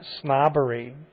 snobbery